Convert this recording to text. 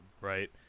right